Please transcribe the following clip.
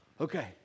Okay